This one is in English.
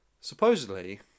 Supposedly